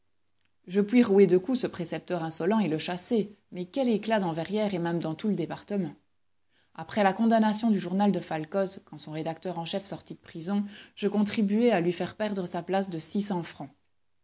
je puis rouer de coups ce précepteur insolent et le chasser mais quel éclat dans verrières et même dans tout le département après la condamnation du journal de falcoz quand son rédacteur en chef sortit de prison je contribuai à lui faire perdre sa place de six cents francs